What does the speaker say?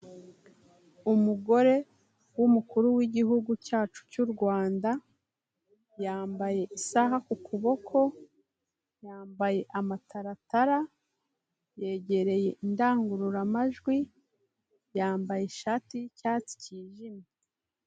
Umugore w'umukuru w'igihugu cyacu cyu Rwanda yambaye isaha ku kuboko, yambaye amataratara, yegereye indangururamajwi, yambaye ishati y'icyatsi cyijimye.